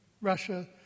Russia